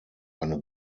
eine